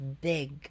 big